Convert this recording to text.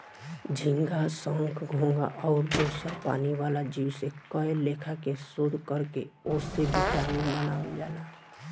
झींगा, संख, घोघा आउर दोसर पानी वाला जीव से कए लेखा के शोध कर के ओसे विटामिन बनावल जाला